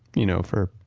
you know for,